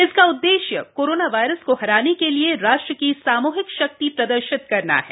इसका उद्देश्य corona virus को हराने के लिए राष्ट्र की सामूहिक शक्ति प्रदर्शित करना है